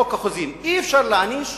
בחוק החוזים אי-אפשר להעניש